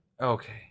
okay